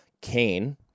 Cain